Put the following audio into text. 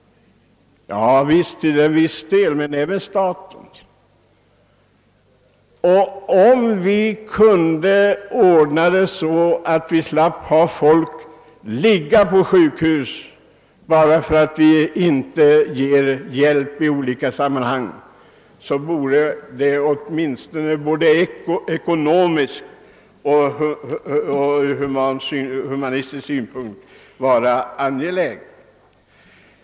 Ja visst — landstingen får betala sjukvården till viss del, men även staten träder in. Och från såväl ekonomisk som human synpunkt är det angeläget att vi kan ordna det så att folk slipper ligga på sjukhus bara därför att det inte går att ge den hjälp som behövs.